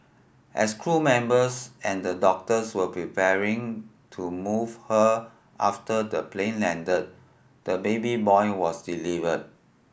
as crew members and the doctors were preparing to move her after the plane landed the baby boy was delivered